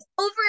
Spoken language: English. over